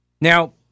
Now